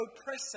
oppressor